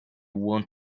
want